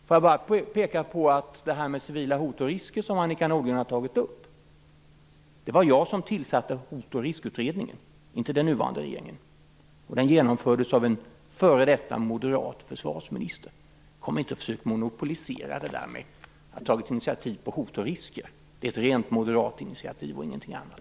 Låt mig bara peka på att när det gäller de civila hot och risker som Annika Nordgren har tagit upp så var det jag som tillsatte Hot och riskutredningen - inte den nuvarande regeringen. Den genomfördes av en före detta moderat försvarsminister. Kom inte och försök monopolisera initiativtagandet till att utreda hot och risker! Det är ett rent moderat initiativ, och ingenting annat.